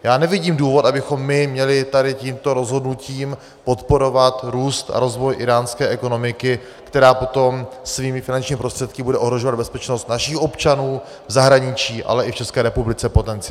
Já nevidím důvod, abychom my měli tady tímto rozhodnutím podporovat růst a rozvoj íránské ekonomiky, která potom svými finančními prostředky bude ohrožovat bezpečnost našich občanů v zahraničí, ale i v České republice potenciálně.